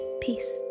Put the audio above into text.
Peace